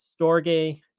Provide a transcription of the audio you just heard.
storge